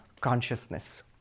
consciousness